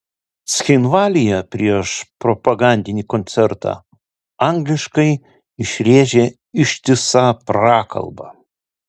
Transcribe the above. cchinvalyje prieš propagandinį koncertą angliškai išrėžė ištisą prakalbą